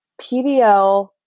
PBL